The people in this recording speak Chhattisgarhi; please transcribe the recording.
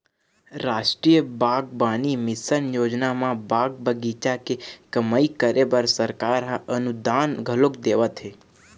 रास्टीय बागबानी मिसन योजना म बाग बगीचा के कमई करे बर सरकार ह अनुदान घलोक देवत हे